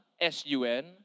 S-U-N